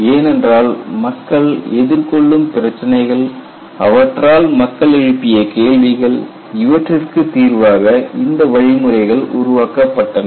ஏனென்றால் மக்கள் எதிர்கொள்ளும் பிரச்சினைகள் அவற்றால் மக்கள் எழுப்பிய கேள்விகள் இவற்றிற்கு தீர்வாக இந்த வழிமுறைகள் உருவாக்கப்பட்டன